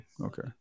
okay